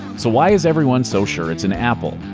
so why is everyone so sure it's an apple?